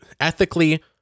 ethically